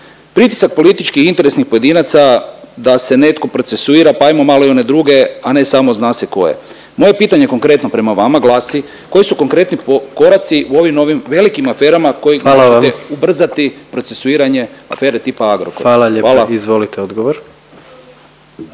Pritisak političkih i interesnih pojedinaca da se netko procesuira, pa hajmo malo i one druge, a ne samo „zna se koje“. Moje pitanje konkretno prema vama glasi koji su konkretni koraci u ovim velikim aferama koje hoćete ubrzati … …/Upadica predsjednik: Hvala vam./… …